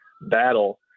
battle